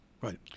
right